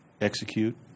execute